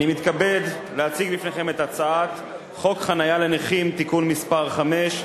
אני מתכבד להציג בפניכם את הצעת חוק חנייה לנכים (תיקון מס' 5),